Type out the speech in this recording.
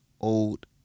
old